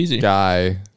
guy